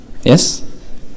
Yes